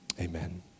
Amen